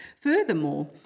Furthermore